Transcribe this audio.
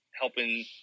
helping